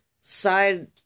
side